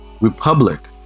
Republic